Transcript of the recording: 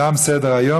תוסיף את קולי.